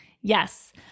Yes